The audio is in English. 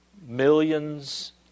millions